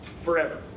forever